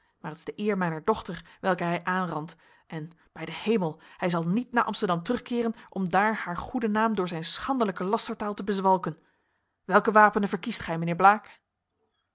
maar het is de eer mijner dochter welke hij aanrandt en bij den hemel hij zal niet naar amsterdam terugkeeren om daar haar goeden naam door zijn schandelijke lastertaal te bezwalken welke wapenen verkiest gij mijnheer blaek